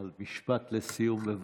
אבל משפט לסיום, בבקשה.